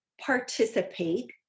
participate